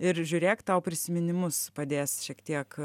ir žiūrėk tau prisiminimus padės šiek tiek